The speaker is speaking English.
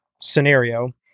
scenario